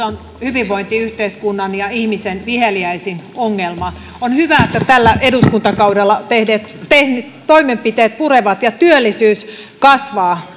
on hyvinvointiyhteiskunnan ja ihmisen viheliäisin ongelma on hyvä että tällä eduskuntakaudella tehdyt tehdyt toimenpiteet purevat ja työllisyys kasvaa